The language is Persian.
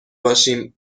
باشیم